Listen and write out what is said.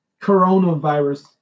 coronavirus